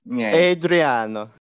Adriano